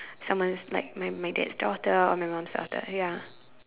someone's like my my dad's daughter or my mom's daughter ya